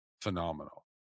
phenomenal